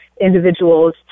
individuals